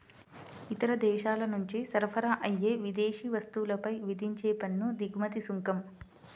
ఇతర దేశాల నుంచి సరఫరా అయ్యే విదేశీ వస్తువులపై విధించే పన్ను దిగుమతి సుంకం